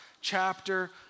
chapter